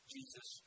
Jesus